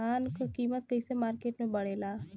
धान क कीमत कईसे मार्केट में बड़ेला?